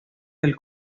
del